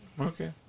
Okay